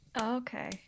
okay